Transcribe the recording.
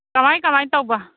ꯀꯃꯥꯏ ꯀꯃꯥꯏ ꯇꯧꯕ